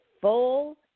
full